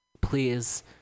Please